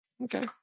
Okay